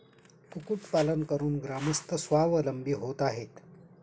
कुक्कुटपालन करून ग्रामस्थ स्वावलंबी होत आहेत